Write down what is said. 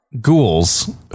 ghouls